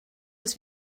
als